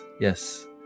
yes